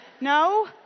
no